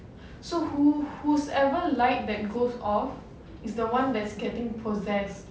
whosever light that goes off is the one that's getting possessed